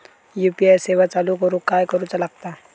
UPI सेवा चालू करूक काय करूचा लागता?